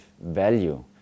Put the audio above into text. value